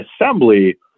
Assembly